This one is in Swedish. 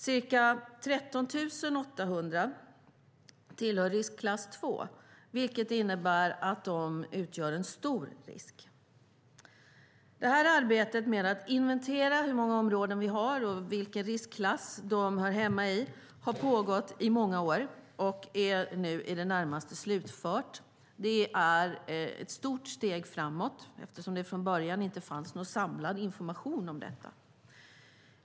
Ca 13 800 tillhör riskklass 2, vilket innebär att de utgör en stor risk. Arbetet med att inventera hur många områden vi har och vilka riskklasser de hör hemma i har pågått i många år och är nu i det närmaste slutfört. Det är ett stort steg framåt eftersom det från början inte fanns någon samlad information om detta.